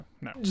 No